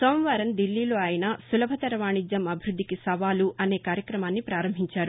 సోమవారం ఢిల్లీలో ఆయన సులభతర వాణిజ్యం అభివృద్దికి సవాలు అనే కార్యక్రమాన్ని ప్రారంభించారు